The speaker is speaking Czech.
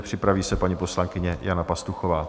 Připraví se paní poslankyně Jana Pastuchová.